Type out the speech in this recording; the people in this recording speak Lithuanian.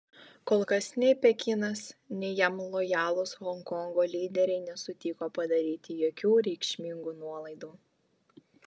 kol kas nei pekinas nei jam lojalūs honkongo lyderiai nesutiko padaryti jokių reikšmingų nuolaidų